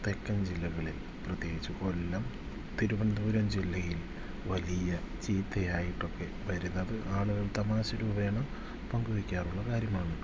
തെക്കൻ ജില്ലകളിൽ പ്രത്യേകിച്ച് കൊല്ലം തിരുവനന്തപുരം ജില്ലയിൽ വലിയ ചീത്തയായിട്ടൊക്കെ വരുന്നത് ആളുകൾ തമാശ രൂപേണ പങ്കുവെക്കാറുള്ള കാര്യമാണ്